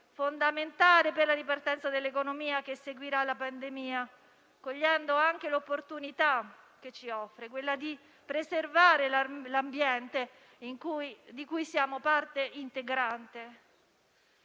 fondamentali per la ripartenza dell'economia che seguirà la pandemia, cogliendo anche l'opportunità che ci offre di preservare l'ambiente di cui siamo parte integrante.